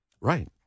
Right